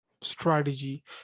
strategy